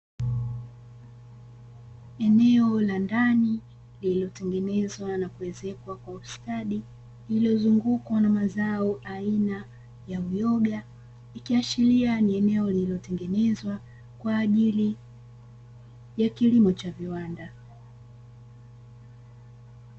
Eneo la ndani lililotengenezwa na kuwezekwa kwa ustadi, lililozungukwa na mazao aina ya uyoga, likiashiria ni eneo lililotengenezwa kwa ajili ya kilimo cha viwanda.